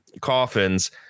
coffins